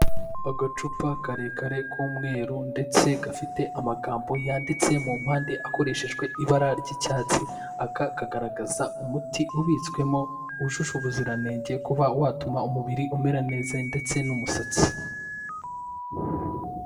Agacupa karekare k'umweru ndetse gafite amagambo yanditse mu mpande akoreshejwe ibara ry'icyatsi, aka kagaragaza umuti ubitswemo wujuje ubuziranenge kuba watuma umubiri umera neza ndetse n'umusatsi.